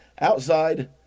Outside